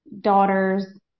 daughters